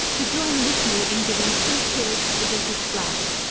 to join with me in giving three cheers for the british flag.